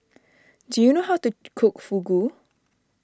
do you know how to cook Fugu